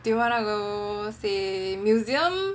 do you wanna go say museum